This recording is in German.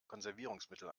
konservierungsmittel